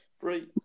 Three